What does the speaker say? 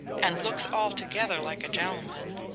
and looks altogether like a gentleman.